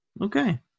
Okay